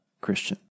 Christian